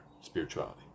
spirituality